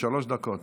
שלוש דקות.